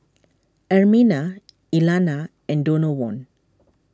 Ermina Elana and Donavon